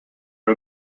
are